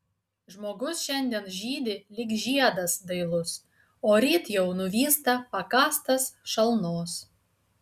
žmogus šiandien žydi lyg žiedas dailus o ryt jau nuvysta pakąstas šalnos